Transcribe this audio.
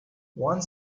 one